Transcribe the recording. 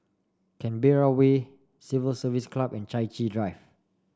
Canberra Way Civil Service Club and Chai Chee Drive